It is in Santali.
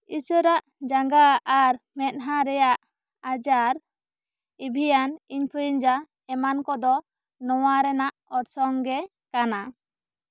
ᱤᱥᱟᱹᱨᱟᱜ ᱡᱟᱸᱜᱟ ᱟᱨ ᱢᱮᱫᱦᱟ ᱨᱮᱭᱟᱜ ᱟᱡᱟᱨ ᱮᱵᱷᱤᱭᱟᱱ ᱮᱱᱯᱷᱞᱩᱭᱮᱱᱡᱟ ᱮᱢᱟᱱ ᱠᱚ ᱫᱚ ᱱᱚᱣᱟ ᱨᱮᱱᱟᱜ ᱚᱨᱥᱚᱝ ᱜᱮ ᱠᱟᱱᱟ